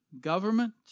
Government